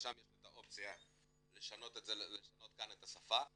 יש כאן אופציה לשנות את השפה ולמעלה,